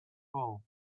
fall